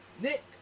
Nick